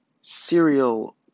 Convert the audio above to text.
serial